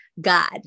God